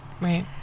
Right